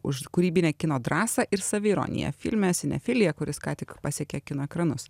už kūrybinę kino drąsą ir saviironiją filme sinefilija kuris ką tik pasiekė kino ekranus